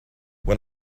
when